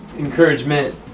Encouragement